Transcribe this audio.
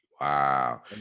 Wow